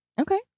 Okay